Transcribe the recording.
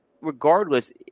regardless